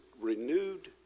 renewed